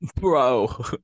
bro